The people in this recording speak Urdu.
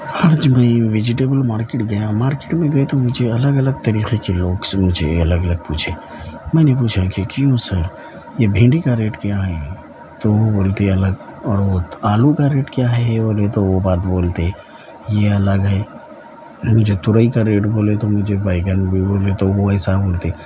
آج میں ویجیٹبل مارکیٹ گیا مارکیٹ میں گئے تو مجھے الگ الگ طریقے کے لوگ سے مجھے الگ الگ پوچھے میں نے پوچھا کہ کیوں سر یہ بھنڈی کا ریٹ کیا ہے تو وہ بولتے الگ اور وہ آلو کا ریٹ کیا ہے بولے تو وہ بات بولتے یہ الگ ہے مجھے ترئی کا ریٹ بولے تو مجھے بینگن بھی بولے تو وہ ایسا بولتے